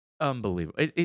unbelievable